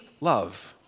love